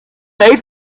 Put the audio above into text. made